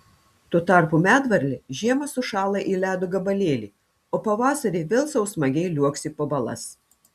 tuo tarpu medvarlė žiemą sušąla į ledo gabalėlį o pavasarį vėl sau smagiai liuoksi po balas